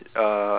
uh